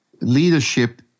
leadership